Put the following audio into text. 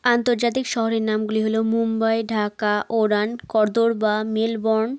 আন্তর্জাতিক শহরের নামগুলি হলো মুম্বাই ঢাকা ওরান করর বা মেলবোর্ন